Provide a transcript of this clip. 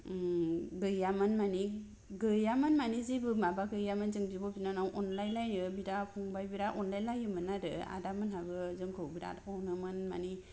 गैयामोन माने गैयामोन माने जेबो माबा गैयामोन जों बिब' बिनानाव अनलाय लायो बिदा फंबाइ बेराद अनलाय लायोमोन आरो आदामोनहाबो जोंखौ बेराद अनोमोन माने